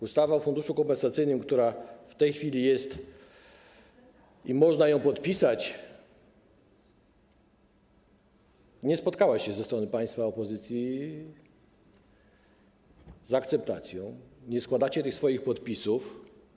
Ustawa o funduszu kompensacyjnym, która w tej chwili jest i można ją podpisać, nie spotkała się ze strony państwa z opozycji z akceptacją, nie składacie tych swoich podpisów.